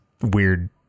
weird